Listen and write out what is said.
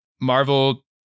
Marvel